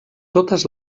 totes